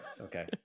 Okay